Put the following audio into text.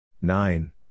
Nine